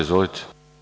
Izvolite.